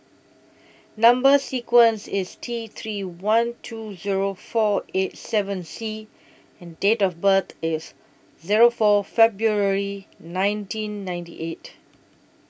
Number sequence IS T three one two Zero four eight seven C and Date of birth IS Zero four February nineteen ninety eight